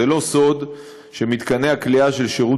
זה לא סוד שמתקני הכליאה של שירות